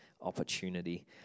opportunity